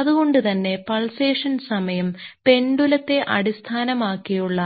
അത്കൊണ്ട് തന്നെ പൾസേഷൻ സമയം പെൻഡുലത്തെ അടിസ്ഥാനമാക്കിയുള്ള